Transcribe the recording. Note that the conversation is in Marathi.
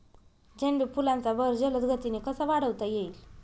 झेंडू फुलांचा बहर जलद गतीने कसा वाढवता येईल?